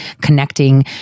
connecting